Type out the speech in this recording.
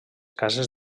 cases